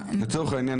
פוסט-טראומה,